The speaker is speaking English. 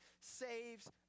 saves